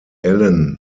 allen